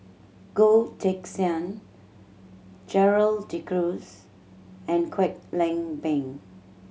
Goh Teck Sian Gerald De Cruz and Kwek Leng Beng